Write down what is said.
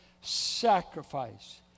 sacrifice